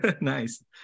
nice